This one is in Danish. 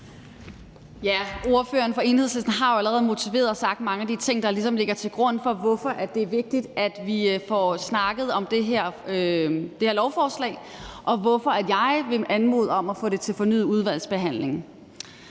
Ordføreren for Enhedslisten har jo allerede motiveret og sagt mange af de ting, der ligesom ligger til grund for, hvorfor det er vigtigt, at vi får snakket om det her lovforslag, og hvorfor jeg vil anmode om at få det til fornyet udvalgsbehandling.